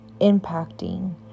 impacting